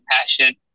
passion